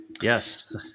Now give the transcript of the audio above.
Yes